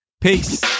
Peace